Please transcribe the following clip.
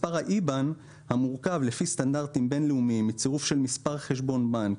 מספר ה-IBAN המורכב לפי סטנדרטים בין-לאומיים בצירוף של מספר חשבון בנק,